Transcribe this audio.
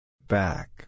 Back